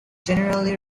generally